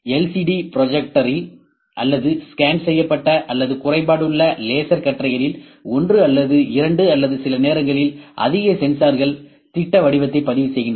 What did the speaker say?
LCD ப்ரொஜெக்டரில் அல்லது scan செய்யப்பட்ட அல்லது குறைபாடுள்ள லேசர் கற்றைகளில் ஒன்று அல்லது இரண்டு அல்லது சில நேரங்களில் அதிக சென்சார்கள் திட்ட வடிவத்தை பதிவு செய்கின்றன